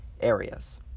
areas